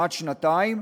כמעט שנתיים,